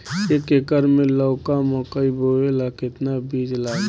एक एकर मे लौका मकई बोवे ला कितना बिज लागी?